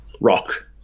rock